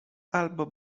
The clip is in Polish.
albo